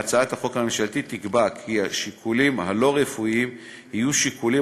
בהצעת החוק הממשלתית נקבע כי השיקולים הלא-רפואיים יהיו שיקולים